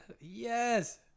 Yes